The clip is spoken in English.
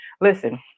Listen